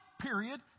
period